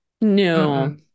No